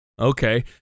Okay